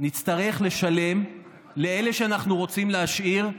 נצטרך לשלם לאלו שאנחנו רוצים להשאיר,